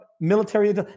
military